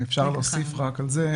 אם אפשר להוסיף על זה,